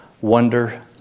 wonder